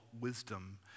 wisdom